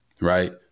Right